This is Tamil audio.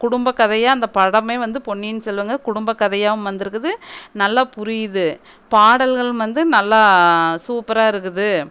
குடும்ப கதையாக அந்த படமே வந்து பொன்னியின் செல்வன்ங்குறது குடும்ப கதையாகவும் வந்திருக்குது நல்லா புரியுது பாடல்களும் வந்து நல்லா சூப்பராக இருக்குது